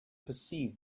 perceived